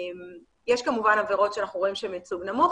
יש כמובן עבירות שאנחנו רואים שהם בייצוג נמוך